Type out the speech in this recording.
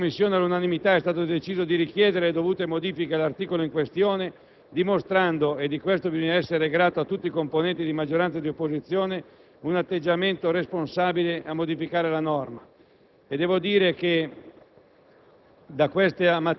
Fortunatamente in Commissione all'unanimità è stato deciso di richiedere le dovute modifiche all'articolo in questione, dimostrando, e di questo bisogna essere grati a tutti i componenti di maggioranza e di opposizione, un atteggiamento responsabile a modificare la norma.